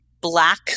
black